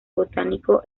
botánico